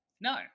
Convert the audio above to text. No